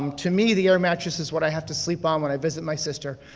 um to me, the air mattress is what i have to sleep on when i visit my sister,